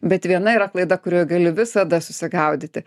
bet viena yra klaida kurioje gali visada susigaudyti